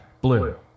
blue